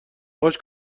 باهاش